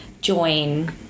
join